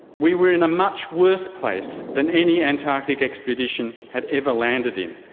we were in a much worse place than any antarctic expedition had ever landed in,